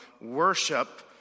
worship